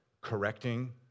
correcting